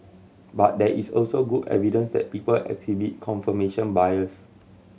but there is also good evidence that people exhibit confirmation bias